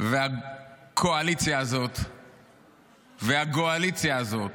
והקואליציה הזאת והגועליציה הזאת,